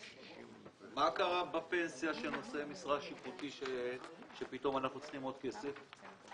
מה קרה בפנסיה של נושאי משרה שיפוטית שפתאום אנחנו צריכים עוד כסף?